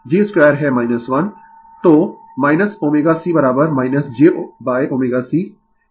तो ωC jωC